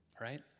Right